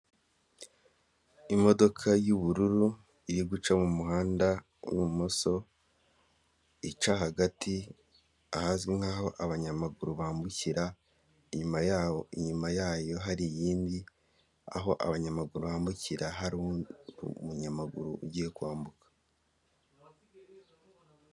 Imodoka y'ubururu iri guca mu muhanda w'ibumoso ica hagati ahazwi nk'aho abanyamaguru bambukira, inyuma yaho inyuma yayo hari iyindi aho abanyamaguru bambukira hari umunyamaguru ugiye kwambuka.